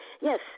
yes